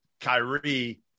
Kyrie